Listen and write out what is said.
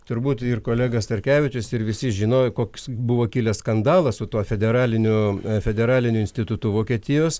turbūt ir kolega starkevičius ir visi žinojo koks buvo kilęs skandalas su tuo federaliniu federaliniu institutu vokietijos